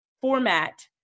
format